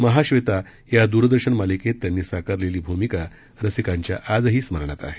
महाव्वेता या दूरदर्शन मालिकेत त्यांनी साकारलेली भूमिका रसिकांच्या स्मरणात आहे